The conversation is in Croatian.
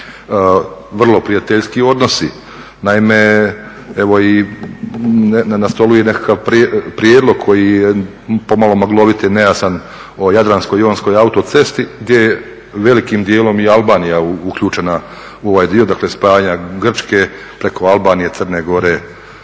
vrlo prijateljski odnosi. Naime, evo i na stolu je i nekakav prijedlog koji je pomalo maglovit i nejasan o jadransko-jonskoj autocesti gdje je velikim dijelom i Albanija uključena u ovaj dio, dakle spajanja Grčke preko Albanije, Crne Gore,